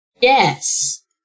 Yes